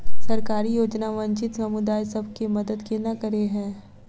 सरकारी योजना वंचित समुदाय सब केँ मदद केना करे है?